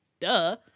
duh